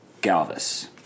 Galvis